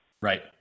Right